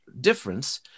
difference